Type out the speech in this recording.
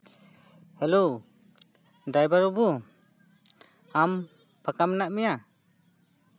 hello driver ᱵᱟᱵᱩ ᱟᱢ ᱯᱷᱟᱸᱠᱟ ᱢᱮᱱᱟᱜ ᱢᱮᱭᱟ